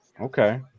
Okay